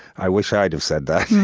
i wish i'd have said that.